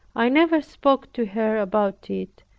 i never spoke to her about it,